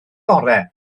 orau